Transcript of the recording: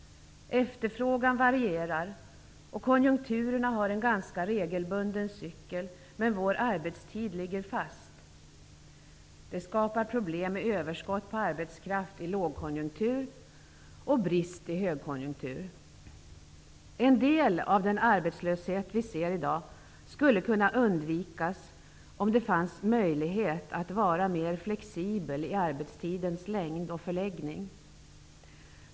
Efterfrågan varierar, och konjunkturerna har en ganska regelbunden cykel, men vår arbetstid ligger fast. Det skapar problem med överskott på arbetskraft i lågkonjunktur och brist i högkonjunktur. En del av den arbetslöshet som vi ser i dag skulle kunna undvikas, om det fanns möjlighet att vara mer flexibel i arbetstidens längd och förläggning.